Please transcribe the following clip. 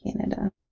Canada